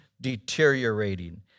deteriorating